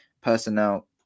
personnel